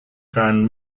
found